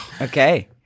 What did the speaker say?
Okay